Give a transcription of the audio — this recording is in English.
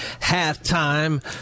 halftime